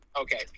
Okay